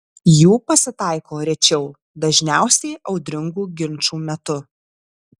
jų pasitaiko rečiau dažniausiai audringų ginčų metu